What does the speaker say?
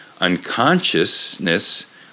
unconsciousness